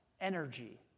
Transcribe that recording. energy